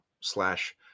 slash